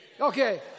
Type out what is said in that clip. Okay